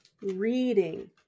Reading